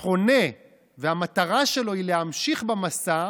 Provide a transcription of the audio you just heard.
חונה והמטרה שלו היא להמשיך במסע,